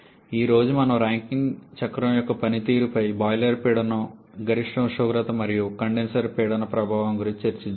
ఈ రోజు మనం రాంకైన్ చక్రం యొక్క పనితీరుపై బాయిలర్ పీడనం గరిష్ట ఉష్ణోగ్రత మరియు కండెన్సర్ పీడనం ప్రభావం గురించి చర్చించాము